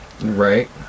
Right